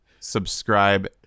subscribe